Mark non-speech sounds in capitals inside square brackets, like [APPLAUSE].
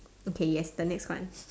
okay yes the next one [NOISE]